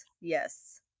Yes